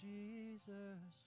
Jesus